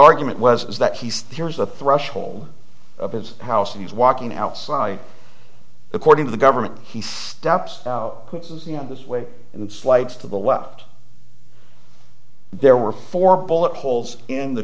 argument was is that he's here's the threshold of his house and he's walking outside according to the government he steps down this way and slides to the left there were four bullet holes in the